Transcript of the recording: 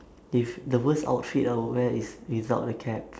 if the worst outfit I would wear is without the cap